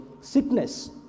Sickness